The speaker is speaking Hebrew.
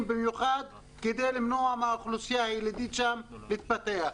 במיוחד כדי למנוע מהאוכלוסייה הילידית שם להתפתח.